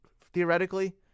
Theoretically